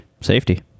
Safety